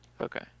Okay